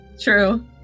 True